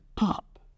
up